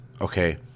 okay